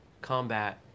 combat